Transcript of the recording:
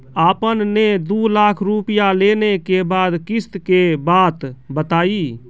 आपन ने दू लाख रुपिया लेने के बाद किस्त के बात बतायी?